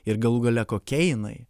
ir galų gale kokia jinai